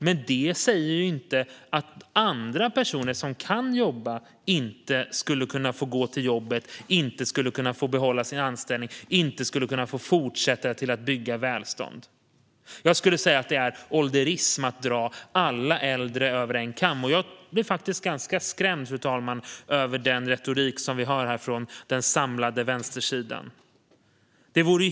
Men det säger ju inte att andra personer som kan jobba inte skulle kunna få gå till jobbet, inte skulle kunna få behålla sin anställning, inte skulle kunna få fortsätta att bygga välstånd. Jag skulle säga att det är ålderism att dra alla äldre över en kam, och jag blir faktiskt ganska skrämd, fru talman, av den retorik som vi hör här från den samlade vänstersidan.